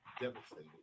devastated